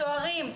הסוהרים,